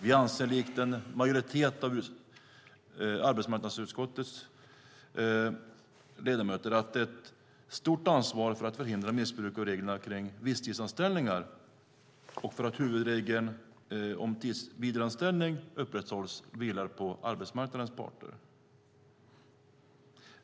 Vi anser likt en majoritet av arbetsmarknadsutskottets ledamöter att ett stort ansvar för att förhindra missbruk av reglerna kring visstidsanställningar och för att huvudregeln om tillsvidareanställning upprätthålls vilar på arbetsmarknadens parter.